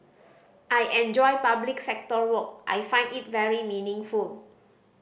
I enjoy public sector work I find it very meaningful